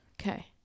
okay